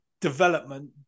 development –